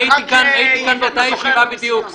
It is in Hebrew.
הייתי כאן באותה ישיבה בדיוק.